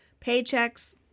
paychecks